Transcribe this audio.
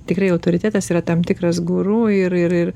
tikrai autoritetas yra tam tikras gauru ir ir ir